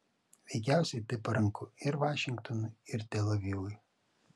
veikiausiai tai paranku ir vašingtonui ir tel avivui